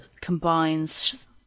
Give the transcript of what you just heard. combines